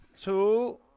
Two